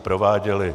Prováděly!